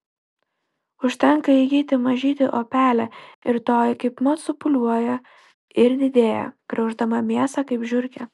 užtenka įgyti mažytį opelę ir toji kaipmat supūliuoja ir didėja grauždama mėsą kaip žiurkė